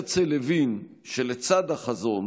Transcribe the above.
הרצל הבין שלצד החזון